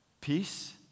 peace